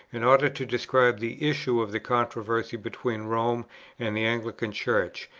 in order to describe the issue of the controversy between rome and the anglican church,